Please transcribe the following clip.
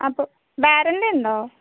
അപ്പോൾ വാറൻറി ഉണ്ടോ